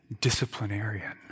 disciplinarian